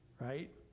right